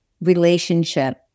relationship